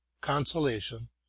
consolation